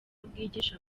bwigisha